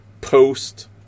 post